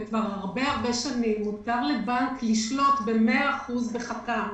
וכבר הרבה-הרבה שנים מותר לבנק לשלוט ב-100% בחתם,